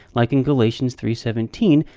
like in galatians three seventeen,